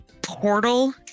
portal